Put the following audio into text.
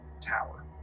tower